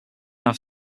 have